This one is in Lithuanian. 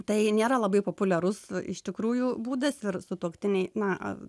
tai nėra labai populiarus iš tikrųjų būdas ir sutuoktiniai na